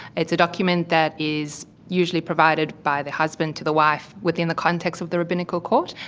it's a document that is usually provided by the husband to the wife within the context of the rabbinical court.